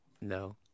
No